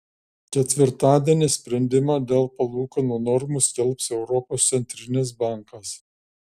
ketvirtadienį sprendimą dėl palūkanų normų skelbs europos centrinis bankas